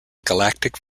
galactic